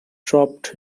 dropped